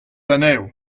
anezho